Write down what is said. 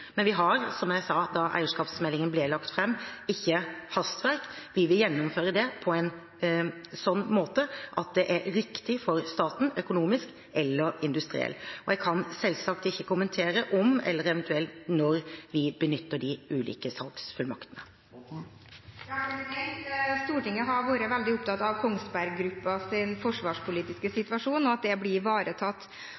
men vi har, som jeg sa da eierskapsmeldingen ble lagt fram, ikke hastverk, vi vil gjennomføre det på en slik måte at det er riktig for staten økonomisk eller industrielt. Jeg kan selvsagt ikke kommentere om eller eventuelt når vi benytter de ulike salgsfullmaktene. Stortinget har vært veldig opptatt av at Kongsberg Gruppens forsvarspolitiske